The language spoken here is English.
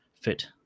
fit